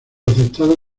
aceptada